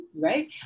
right